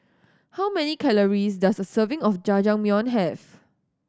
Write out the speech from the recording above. how many calories does a serving of Jajangmyeon have